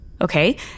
Okay